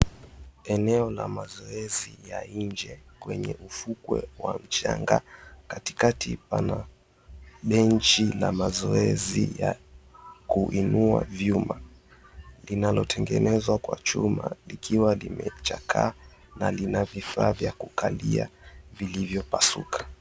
Eneo la mazoezi ya nje kwenye ufukwe wa mchanga katikati pana benchi la mazoezi ya kuinua vyuma, linalotengenezwa kwa chuma likiwa limechakaa na lina vifaa vya kukalia vilivyopasuka.